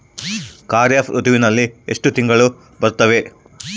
ಖಾರೇಫ್ ಋತುವಿನಲ್ಲಿ ಎಷ್ಟು ತಿಂಗಳು ಬರುತ್ತವೆ?